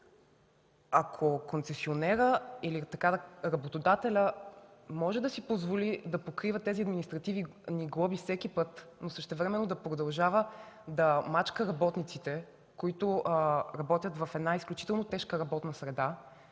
Ако концесионерът или работодателят може да си позволи да покрива тези административни глоби всеки път, а същевременно продължава да мачка работниците, работещи в изключително тежка работна среда,